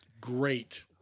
great